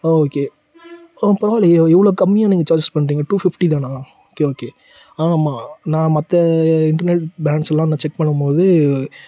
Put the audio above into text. okay ஆ பரவாயில்லயே இவ்வளோ கம்மியாக நீங்கள் சார்ஜெஸ் பண்ணுறீங்க டூ ஃபிஃப்டி தானா ஓகே ஓகே ஆமாம் நான் மற்ற இன்டர்நெட் ப்ராண்ட்ஸுல்லாம் நான் செக் பண்ணும்போது